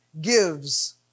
gives